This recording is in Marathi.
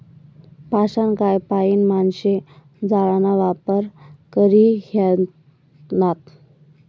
पाषाणकाय पाईन माणशे जाळाना वापर करी ह्रायनात